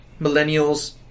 millennials